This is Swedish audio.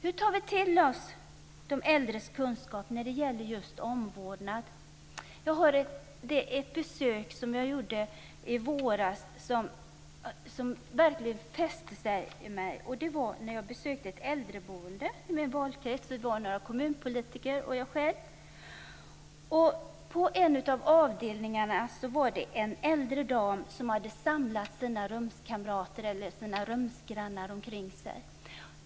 Hur tar vi till oss de äldres kunskap när det gäller just omvårdnad? Jag gjorde ett besök i våras som verkligen fäste sig i minnet. Det var när jag tillsammans med några kommunpolitiker besökte ett äldreboende i min valkrets. På en av avdelningarna var det en äldre dam som hade samlat sina rumsgrannar omkring sig.